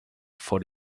for